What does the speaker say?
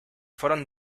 fueron